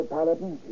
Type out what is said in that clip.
Paladin